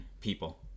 people